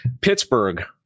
Pittsburgh